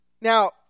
Now